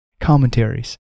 commentaries